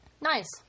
Nice